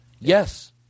Yes